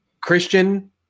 Christian